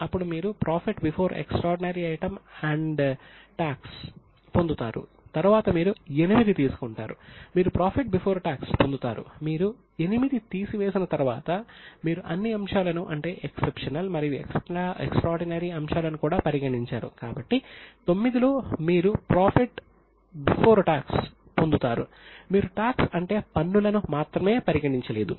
ఇప్పుడు అక్కడ మరికొన్ని అంశాలు పరిగణించబడతాయి అవి ఎక్సెప్షనల్ అంటే పన్నులను మాత్రమే పరిగణించలేదు